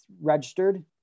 registered